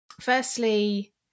firstly